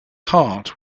heart